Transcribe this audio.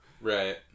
Right